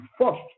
first